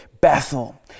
Bethel